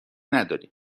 نداریم